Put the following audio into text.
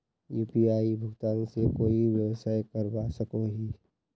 UPI भुगतान से कोई व्यवसाय करवा सकोहो ही?